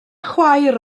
chwaer